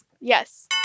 Yes